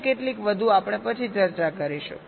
અને કેટલીક વધુ આપણે પછી ચર્ચા કરીશું